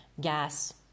gas